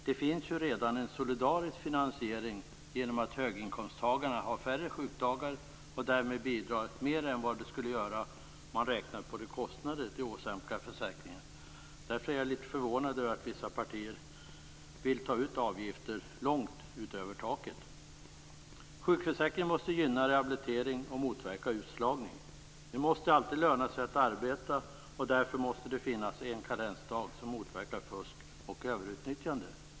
Det finns ju redan en solidarisk finansiering genom att höginkomsttagarna har färre sjukdagar och därmed bidrar mer än vad de skulle göra om man räknade på de kostnader de åsamkar försäkringen. Därför är jag litet förvånad över att vissa partier vill ta ut avgifter långt utöver taket. Sjukförsäkringen måste gynna rehabilitering och motverka utslagning. Det måste alltid löna sig att arbeta, och därför måste det finnas en karensdag som motverkar fusk och överutnyttjande.